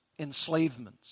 enslavements